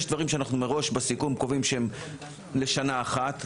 יש דברים שאנחנו מראש בסיכום קובעים שהם לשנה אחת,